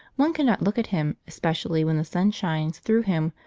one cannot look at him, especially when the sun shines through him,